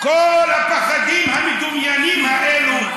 כל הפחדים המדומיינים האלה,